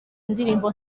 indirimbo